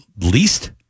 least